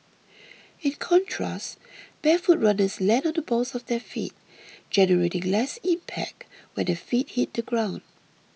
in contrast barefoot runners land on the balls of their feet generating less impact when their feet hit the ground